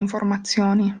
informazioni